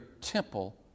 temple